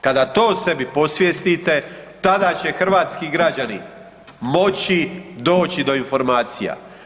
Kada to sebi posvijestite tada će hrvatski građani moći doći do informacija.